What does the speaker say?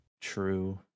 true